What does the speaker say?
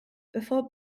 before